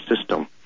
system